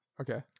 Okay